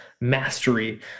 mastery